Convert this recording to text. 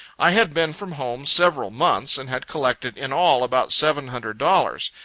i had been from home several months, and had collected in all about seven hundred dollars,